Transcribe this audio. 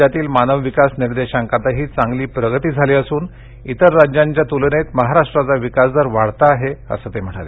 राज्यातील मानव विकास निर्देशांकातही चांगली प्रगती झाली असून इतर राज्यांच्या तुलनेत महाराष्ट्राचा विकास दर वाढता आहे असं ते म्हणाले